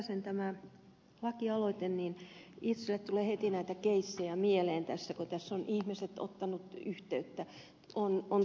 räsäsen lakialoitteeseen liittyen itselleni tulee heti näitä keissejä mieleen tässä kun ihmiset ovat ottaneet yhteyttä